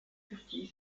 curtis